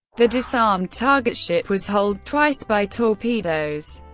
the disarmed target ship was holed twice by torpedoes.